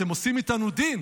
אתם עושים איתנו דין,